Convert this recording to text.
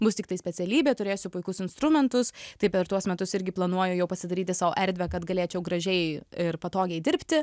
bus tiktai specialybė turėsiu puikus instrumentus tai per tuos metus irgi planuoju jau pasidaryti sau erdvę kad galėčiau gražiai ir patogiai dirbti